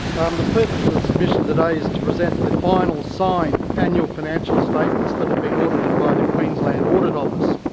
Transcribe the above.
the purpose of the submission today is to present the final signed annual financial statements that have been audited by the queensland audit office.